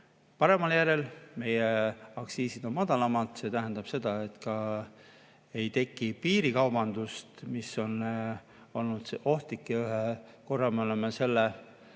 paremal järjel, meie aktsiisid on madalamad. See tähendab seda, et ei teki piirikaubandust, mis on olnud ohtlik. Ühe korra me oleme selle